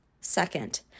Second